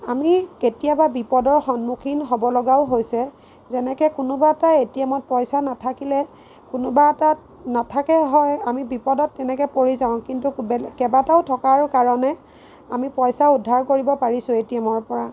আমি কেতিয়াবা বিপদৰ সন্মুখীন হ'বলগাও হৈছে যেনেকৈ কোনোবা এটা এটিএমত পইচা নাথাকিলে কোনোবা এটাত নাথাকে হয় আমি বিপদত তেনেকৈ পৰি যাওঁ কিন্তু বেলেগ কেইবাটাও থকাৰ কাৰণে আমি পইচা উদ্ধাৰ কৰিব পাৰিছোঁ এটিএমৰ পৰা